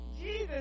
Jesus